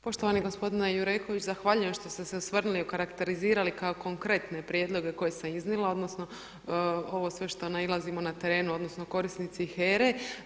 Poštovani gospodine Jureković, zahvaljujem što ste se osvrnuli i okarakterizirali kao konkretne prijedloge koje sam iznijela odnosno ovo sve što nailazimo na terenu odnosno korisnici HERA-e.